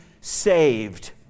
saved